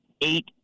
eight